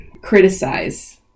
criticize